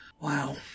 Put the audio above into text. Wow